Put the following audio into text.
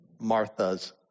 Martha's